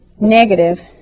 negative